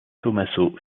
tommaso